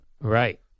Right